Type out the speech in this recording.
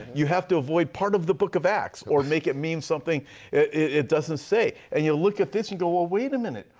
you have to avoid part of the book of acts or make it means something it doesn't say. and you look at this and go, well, wait a minute.